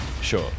Sure